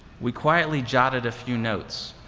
we quietly jotted a few notes,